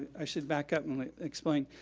i should back up and explain.